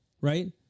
Right